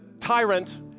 tyrant